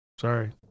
Sorry